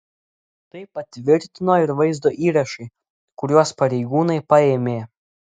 tai patvirtino ir vaizdo įrašai kuriuos pareigūnai paėmė